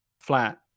flat